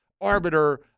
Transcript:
arbiter